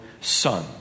son